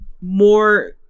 More